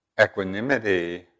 equanimity